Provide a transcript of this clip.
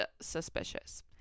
suspicious